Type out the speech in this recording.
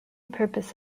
purpose